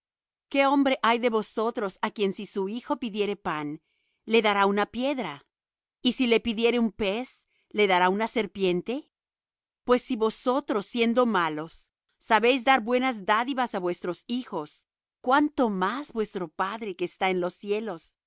qué hombre hay de vosotros á quien si su hijo pidiere pan le dará una piedra y si le pidiere un pez le dará una serpiente pues si vosotros siendo malos sabéis dar buenas dádivas á vuestros hijos cuánto más vuestro padre que está en los cielos